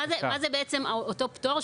מה זה בעצם אותו פטור?